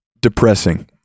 Depressing